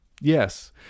Yes